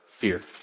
fear